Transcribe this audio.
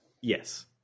Yes